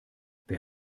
wer